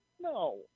No